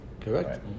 Correct